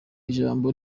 ijambo